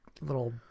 little